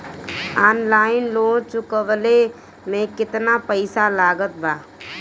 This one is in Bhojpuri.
ऑनलाइन लोन चुकवले मे केतना पईसा लागत बा?